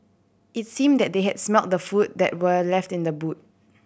it's seem that they had smelt the food that were left in the boot